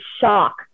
shock